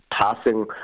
passing